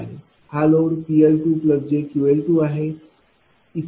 हा load PL2jQL2 आहे